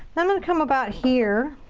i'm gonna come about here.